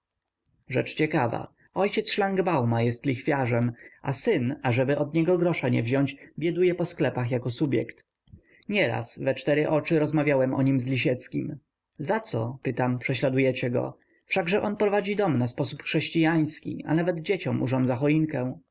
rzecz ciekawa ojciec szlangbauma jest lichwiarzem a syn ażeby od niego grosza nie wziąć bieduje po sklepach jako subjekt nieraz we cztery oczy rozmawiam o nim z lisieckim zaco pytam prześladujecie go wszakże on prowadzi dom na sposób chrześcijański a nawet dzieciom urządza choinkę